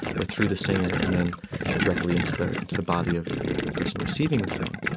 or through the singer, and then directly into the into the body of of the person receiving the song.